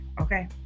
okay